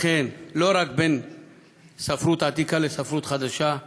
אכן, לא רק בין ספרות עתיקה לספרות חדשה,